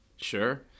Sure